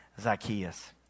Zacchaeus